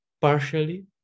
Partially